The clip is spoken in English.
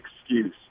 excuse